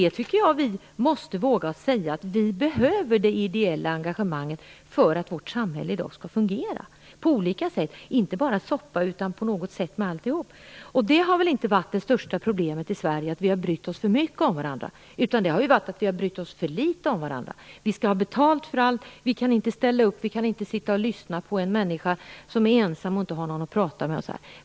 Vi måste våga säga att vi behöver det ideella engagemanget för att vårt samhälle skall fungera på olika sätt i dag. Det handlar inte bara om soppa utan om alltihop. Det största problemet i Sverige har väl inte varit att vi har brytt oss för mycket om varandra. Det har ju varit att vi har brytt oss för litet om varandra. Vi skall ha betalt för allt. Vi kan inte ställa upp och sitta och lyssna på en människa som är ensam och inte har någon att prata med.